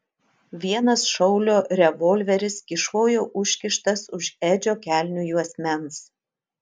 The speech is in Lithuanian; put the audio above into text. vienas šaulio revolveris kyšojo užkištas už edžio kelnių juosmens